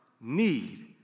need